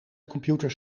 computers